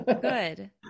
Good